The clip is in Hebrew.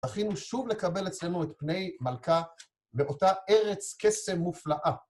זכינו שוב לקבל אצלנו את פני מלכה באותה ארץ קסם מופלאה.